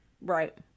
Right